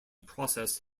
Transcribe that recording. process